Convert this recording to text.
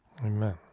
Amen